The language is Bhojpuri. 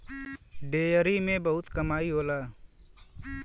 डेयरी में बहुत कमाई होला